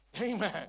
amen